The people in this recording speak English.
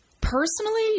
Personally